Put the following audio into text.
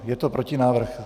Je to protinávrh.